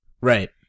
Right